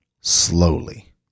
slowly